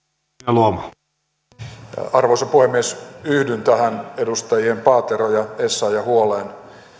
arvoisa puhemies yhdyn tähän edustajien paatero ja essayah huoleen